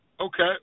Okay